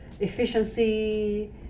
efficiency